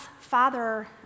Father